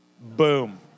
Boom